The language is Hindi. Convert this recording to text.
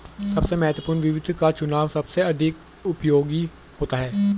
सबसे महत्वपूर्ण वित्त का चुनाव सबसे अधिक उपयोगी होता है